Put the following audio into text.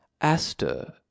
Aster